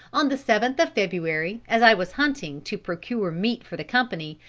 on the seventh of february, as i was hunting to procure meat for the company,